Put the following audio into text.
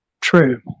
true